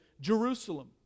Jerusalem